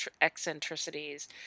eccentricities